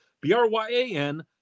B-R-Y-A-N